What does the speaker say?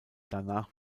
danach